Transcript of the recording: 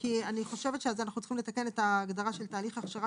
כי אני חושבת שאז אנחנו צריכים לתקן את ההגדרה של תהליך הכשרה